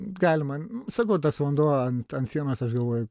galima sakau tas vanduo ant ant sienos aš galvoju